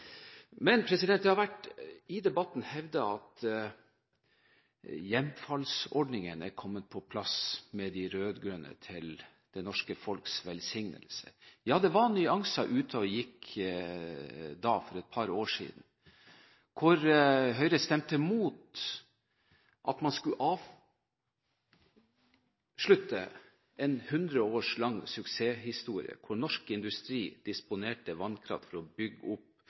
Det har i debatten vært hevdet at hjemfallsordningen er kommet på plass med de rød-grønne – til det norske folks velsignelse. Ja, det var nyanser ute og gikk for et par år siden, da Høyre stemte imot at man skulle avslutte en 100 år lang suksesshistorie, hvor norsk industri disponerte vannkraft for å bygge opp